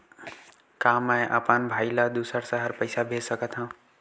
का मैं अपन भाई ल दुसर शहर पईसा भेज सकथव?